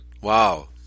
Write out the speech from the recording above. Wow